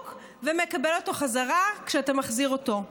ומקבל אותו חזרה כשאתה מחזיר אותו.